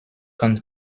kann